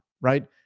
right